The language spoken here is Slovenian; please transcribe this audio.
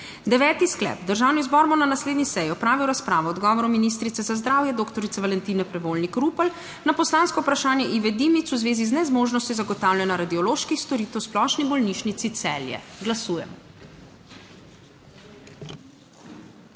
Deveti sklep: Državni zbor bo na naslednji seji opravil razpravo o odgovoru ministrice za zdravje doktorice Valentine Prevolnik Rupel na poslansko vprašanje Ive Dimic v zvezi z nezmožnostjo zagotavljanja radioloških storitev v Splošni bolnišnici Celje. Glasujemo.